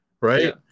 right